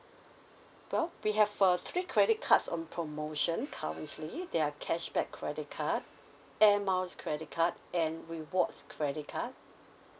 well we have for three credit cards on promotion currently they are cashback credit card airmiles credit card and rewards credit card